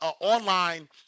online